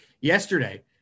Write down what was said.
yesterday